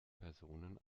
personen